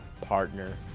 Partner